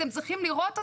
אתם צריכים לראות אותם.